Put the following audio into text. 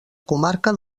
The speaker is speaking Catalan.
comarca